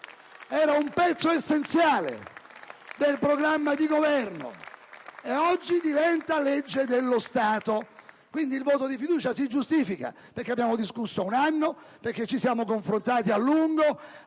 È un pezzo essenziale del programma di Governo e oggi diventa legge dello Stato. Quindi, la questione di fiducia si giustifica perché - ripeto - abbiamo discusso per un anno, ci siamo confrontati a lungo